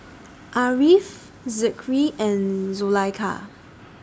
Ariff Zikri and Zulaikha